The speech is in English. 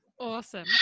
Awesome